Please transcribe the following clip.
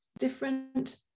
different